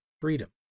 freedom